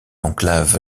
enclave